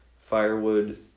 Firewood